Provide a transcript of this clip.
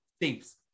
Thanks